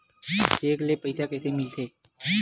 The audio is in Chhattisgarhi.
चेक ले पईसा कइसे मिलथे?